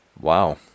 wow